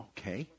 Okay